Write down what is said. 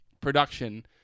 production